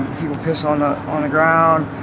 piss on ah on the ground,